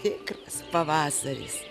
tikras pavasaris